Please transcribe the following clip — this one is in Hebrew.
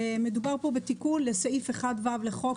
מדובר פה בתיקון לסעיף 1ו לחוק,